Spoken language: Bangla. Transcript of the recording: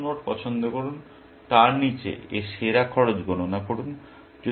সর্বনিম্ন নোড পছন্দ করুন তার নীচে এর সেরা খরচ গণনা করুন